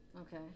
Okay